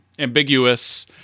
ambiguous